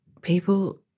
people